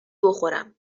بخورم